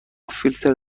فیلتر